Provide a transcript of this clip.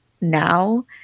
now